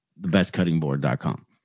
thebestcuttingboard.com